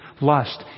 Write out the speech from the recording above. lust